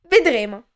Vedremo